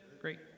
Great